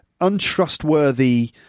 untrustworthy